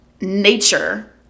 nature